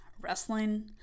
wrestling